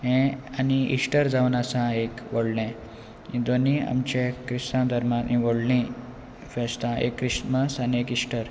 Easter जावन आसा एक व्हडलें दोनी आमचे क्रिस्तांव धर्मान व्हडली फेस्तां एक क्रिस्मस आनी एक इश्टर